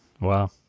Wow